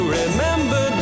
remember